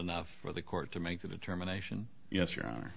enough for the court to make the determination yes your hon